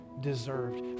deserved